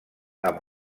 amb